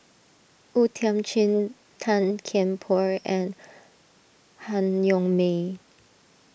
O Thiam Chin Tan Kian Por and Han Yong May